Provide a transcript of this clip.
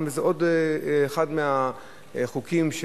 עשרה בעד, אין מתנגדים,